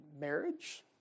marriage